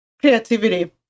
creativity